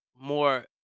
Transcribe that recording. more